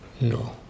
No